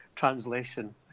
Translation